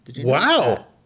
Wow